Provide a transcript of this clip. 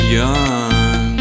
young